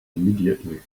immediately